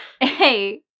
Hey